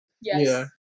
Yes